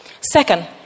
Second